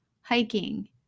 hiking